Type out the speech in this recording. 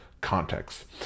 context